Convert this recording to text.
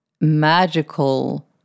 magical